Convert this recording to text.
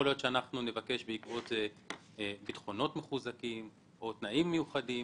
יכול להיות שנבקש בעקבות זה פיקדונות מחוזקים או תנאים מיוחדים,